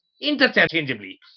interchangeably